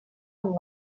amb